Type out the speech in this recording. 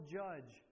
judge